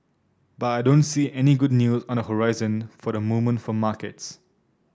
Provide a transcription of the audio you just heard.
but I don't see any good news on the horizon for the moment for markets